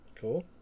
Cool